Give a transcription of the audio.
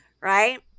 Right